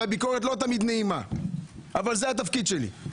והביקורת לא תמיד נעימה אבל זה התפקיד שלי.